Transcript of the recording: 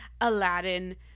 Aladdin